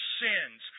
sins